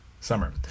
summer